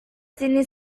sini